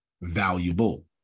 valuable